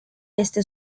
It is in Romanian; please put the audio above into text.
este